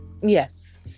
yes